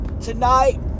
tonight